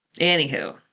anywho